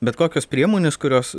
bet kokios priemonės kurios